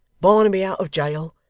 barnaby out of jail,